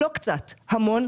לא קצת אלא המון.